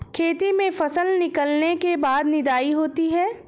खेती में फसल निकलने के बाद निदाई होती हैं?